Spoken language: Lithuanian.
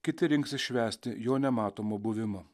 kiti rinksis švęsti jo nematomo buvimo